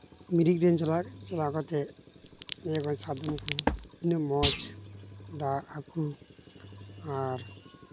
ᱢᱮᱨᱤᱠ ᱨᱮ ᱪᱟᱞᱟᱣ ᱠᱟᱛᱮᱫ ᱞᱟᱹᱭᱟ ᱠᱚ ᱥᱟᱫᱚᱢ ᱠᱚ ᱛᱤᱱᱟᱹᱜ ᱢᱚᱡᱽ ᱫᱟᱜ ᱦᱟᱹᱠᱩ ᱟᱨ